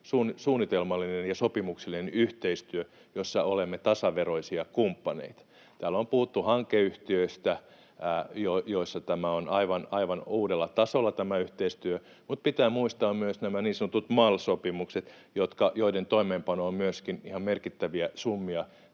suunnitelmallinen ja sopimuksellinen yhteistyö, jossa olemme tasaveroisia kumppaneita. Täällä on puhuttu hankeyhtiöistä, joissa tämä yhteistyö on aivan uudella tasolla, mutta pitää muistaa myös nämä niin sanotut MAL-sopimukset, joiden toimeenpanoon myöskin ihan merkittäviä summia